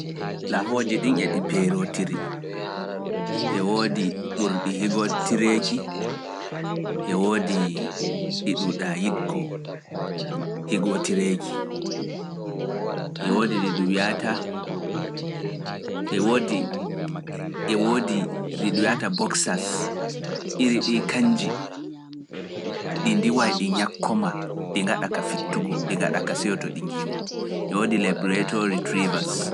Laahooji ɗin eɗi peerotiri, e woodi ɓurɗi higotireeji, e woodi ndiway ɗi ñakko ma ɗi ngaɗa ka fittugo ɗi gaɗa ka seyoto ɗi njiima e wodi lebletori Trivas.